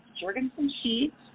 Jorgensen-Sheets